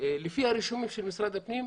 לפי הרישומים של משרד הפנים,